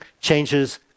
changes